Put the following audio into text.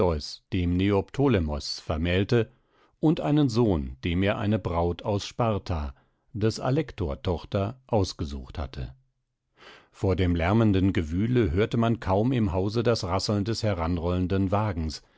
dem neoptolemos vermählte und einen sohn dem er eine braut aus sparta des alektor tochter ausgesucht hatte vor dem lärmenden gewühle hörte man kaum im hause das rasseln des heranrollenden wagens